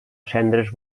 cendres